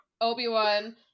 Obi-Wan